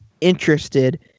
interested